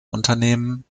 unternehmen